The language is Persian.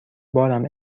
بارم